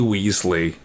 Weasley